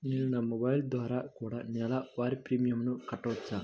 నేను నా మొబైల్ ద్వారా కూడ నెల వారి ప్రీమియంను కట్టావచ్చా?